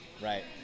Right